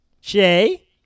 Shay